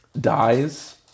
dies